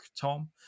Tom